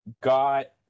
got